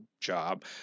job